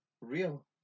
real